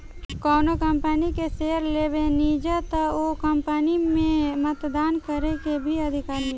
कौनो कंपनी के शेयर लेबेनिजा त ओ कंपनी में मतदान करे के भी अधिकार मिलेला